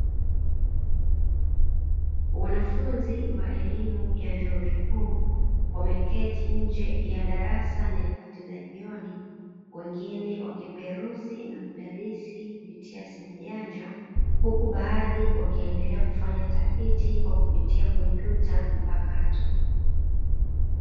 Wanafunzi wa elimu ya vyuo vikuu wameketi nje ya darasa nyakati za jioni wengine wakiperuzi na kudadisi kupitia simu janja, huku baadhi ukiendelea kufanya utafiti kwa kupitia kompyuta mpakato.